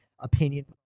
opinion